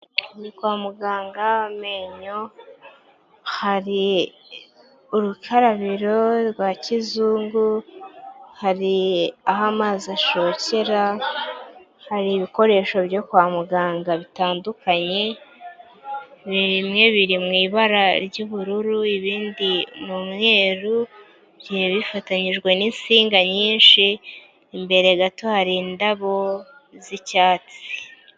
Kwa muganga w'amenyo hari urukarabiro rwa kizungu, hari aho amazi ashokera, hari ibikoresho byo kwa muganga bitandukanye bimwe biri mu ibara ry'ubururu ibindi ni umweru bigiye bifatanyijwe n'insinga nyinshi, imbere gato hari indabo z'icyatsi.